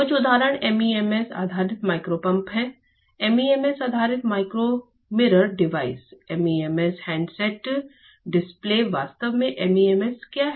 कुछ उदाहरण MEMS आधारित माइक्रो पंप हैं MEMS आधारित माइक्रो मिरर डिवाइस है MEMS हैंडसेट डिस्प्ले वास्तव में MEMS क्या हैं